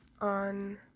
on